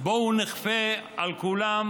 בואו נכפה על כולם